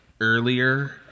earlier